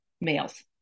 males